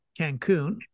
Cancun